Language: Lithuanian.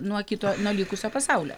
nuo kito nuo likusio pasaulio